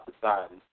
society